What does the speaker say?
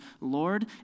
Lord